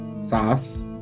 sauce